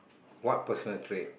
what personal trait